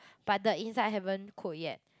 but the inside haven't cooked yet